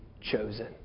chosen